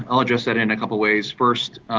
i will address that in a couple ways. first,